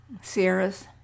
Sierras